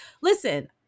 listen